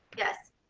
yes.